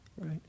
right